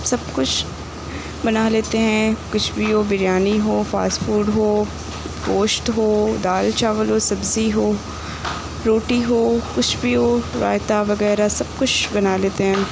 سب کچھ بنا لیتے ہیں کچھ بھی ہو بریانی ہو فاسٹ فوڈ ہو گوشت ہو دال چاول ہو سبزی ہو روٹی ہو کچھ بھی ہو رائتا وغیرہ سب کچھ بنا لیتے ہیں ہم